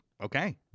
okay